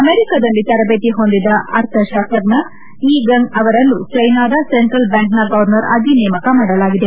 ಅಮೆರಿಕದಲ್ಲಿ ತರಬೇತಿ ಹೊಂದಿದ ಅರ್ಥಶಾಸ್ತಜ್ಞ ಯೀ ಗಂಗ್ ಅವರನ್ನು ಜೈನಾದ ಸೆಂಟ್ರಲ್ ಬ್ಲಾಂಕ್ನ ಗೌರ್ನರ್ ಆಗಿ ನೇಮಕ ಮಾಡಲಾಗಿದೆ